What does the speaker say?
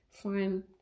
Fine